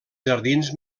jardins